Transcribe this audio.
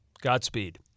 Godspeed